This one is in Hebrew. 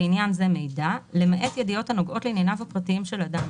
לעניין זה "מידע" למעט ידיעות הנוגעות לענייניו הפרטיים של אדם,